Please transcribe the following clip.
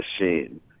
machine